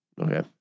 Okay